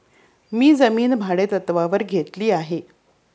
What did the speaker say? मी जमीन भाडेतत्त्वावर घेतली आहे